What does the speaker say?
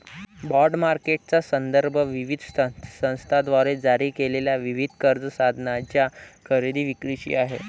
bond मार्केटचा संदर्भ विविध संस्थांद्वारे जारी केलेल्या विविध कर्ज साधनांच्या खरेदी विक्रीशी आहे